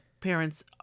parents